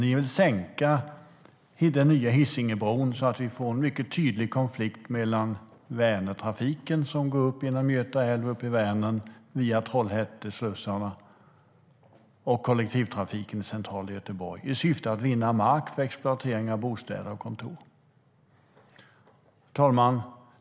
Ni vill sänka den nya Hisingebron så att vi får en mycket tydlig konflikt mellan Vänertrafiken, som via Trollhätteslussarna går upp genom Göta älv till Vänern, och kollektivtrafiken i centrala Göteborg. Det gör ni i syfte att vinna mark för exploatering och kunna bygga bostäder och kontor. Herr talman!